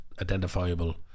identifiable